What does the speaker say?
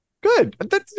Good